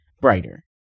brighter